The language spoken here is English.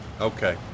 Okay